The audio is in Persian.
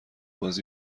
باز